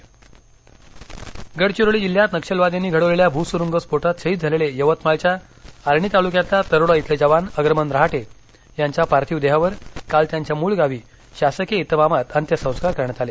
शहीद यवतमाळवलढाणा गडचिरोली जिल्ह्यात नक्षलवाद्यांनी घडवलेल्या भूसूरूंग स्फोटात शहीद झालेले यवतमाळच्या आर्णी तालुक्यातल्या तरोडा इथले जवान अग्रमन रहाटे यांच्या पार्थिव देहावर काल त्यांच्या मूळ गावी शासकीय इतमामात अंत्यसंस्कार करण्यात आले